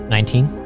Nineteen